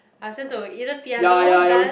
I sent to either piano dance